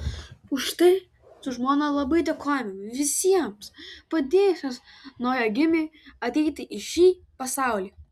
už tai su žmona labai dėkojame visiems padėjusiems naujagimiui ateiti į šį pasaulį